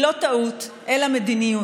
היא לא טעות אלא מדיניות,